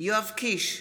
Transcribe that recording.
יואב קיש,